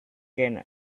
can